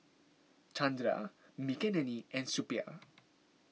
Chandra Makineni and Suppiah